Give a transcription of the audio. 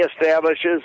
establishes